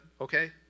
okay